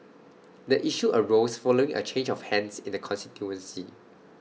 the issue arose following A change of hands in the constituency